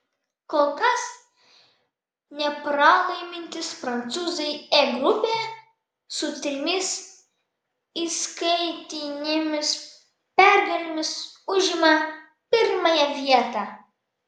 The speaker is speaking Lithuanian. kol kas nepralaimintys prancūzai e grupėje su trimis įskaitinėmis pergalėmis užima pirmąją vietą